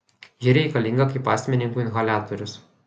ji reikalinga kaip astmininkui inhaliatorius